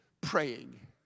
praying